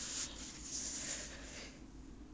什么颜色